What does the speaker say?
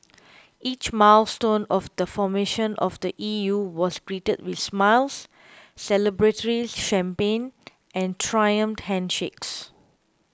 each milestone of the formation of the E U was greeted with smiles celebratory champagne and triumphant handshakes